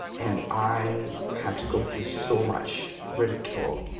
and i had to go through so much ridicule.